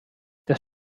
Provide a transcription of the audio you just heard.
das